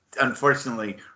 unfortunately